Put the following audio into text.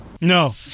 No